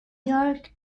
york